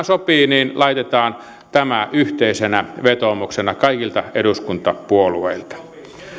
sopii niin laitetaan tämä yhteisenä vetoomuksena kaikilta eduskuntapuolueilta